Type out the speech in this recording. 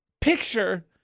picture